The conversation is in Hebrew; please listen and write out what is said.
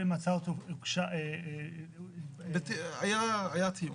היה תיאום.